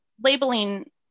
labeling